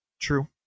True